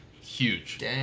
Huge